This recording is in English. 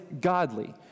godly